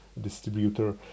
distributor